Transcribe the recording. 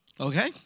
Okay